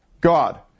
God